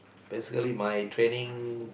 basically my training